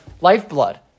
lifeblood